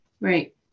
right